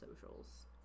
socials